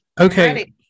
Okay